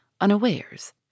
unawares